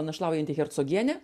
našlaujanti hercogienė